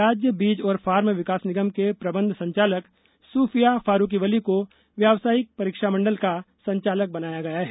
राज्य बीज और फार्म विकास निगम के प्रबंध संचालक सुफिया फारूकी वली को व्यवसायिक परीक्षा मंडल का संचालक बनाया गया है